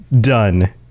Done